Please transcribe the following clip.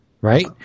right